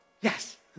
Yes